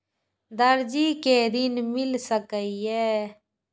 दर्जी कै ऋण मिल सके ये?